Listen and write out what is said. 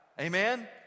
amen